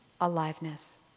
aliveness